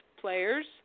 players